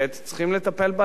הם צריכים לטפל בה לאלתר,